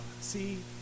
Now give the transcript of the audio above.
see